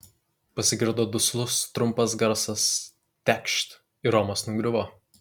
pasigirdo duslus trumpas garsas tekšt ir romas nugriuvo